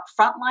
frontline